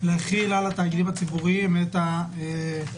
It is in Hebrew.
להחיל על התאגידים הציבוריים את החובה